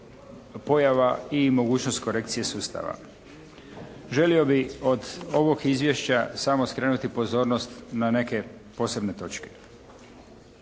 pojava i mogućnost korekcije sustava. Želio bih od ovog izvješća samo skrenuti pozornost na neke posebne točke.